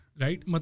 right